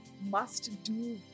must-do